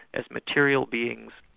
as material beings,